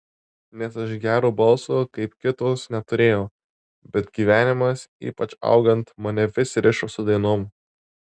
nes aš gero balso kaip kitos neturėjau bet gyvenimas ypač augant mane vis rišo su dainom